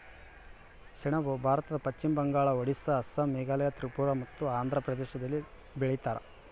ಸೆಣಬು ಭಾರತದ ಪಶ್ಚಿಮ ಬಂಗಾಳ ಒಡಿಸ್ಸಾ ಅಸ್ಸಾಂ ಮೇಘಾಲಯ ತ್ರಿಪುರ ಮತ್ತು ಆಂಧ್ರ ಪ್ರದೇಶದಲ್ಲಿ ಬೆಳೀತಾರ